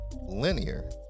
linear